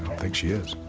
think she is.